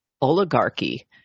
oligarchy